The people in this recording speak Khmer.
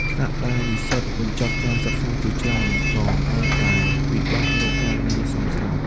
ខណៈដែលនិស្សិតបញ្ចប់ការសិក្សាជាច្រើនក៏នៅតែពិបាករកការងារសមស្រប។